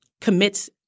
commits